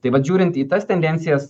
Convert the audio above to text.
tai vat žiūrint į tas tendencijas